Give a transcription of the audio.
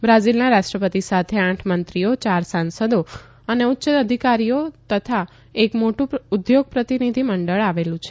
બ્રાઝીલના રાષ્ટ્રપતિ સાથે આઠ મંત્રીઓ ચાર સાંસદો અને ઉચ્ય અધિકારો અને એક મોટું ઉદ્યોગ પ્રતિનિધિમંડળ આવેલું છે